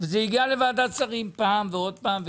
שהגיע לוועדת שרים פעם ועוד פעם.